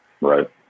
Right